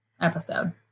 episode